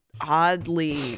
oddly